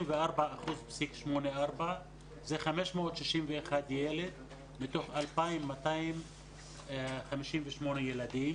24.84%, זה 561 ילדים מתוך 2,258 ילדים,